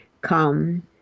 come